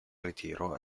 ritiro